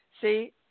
See